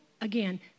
again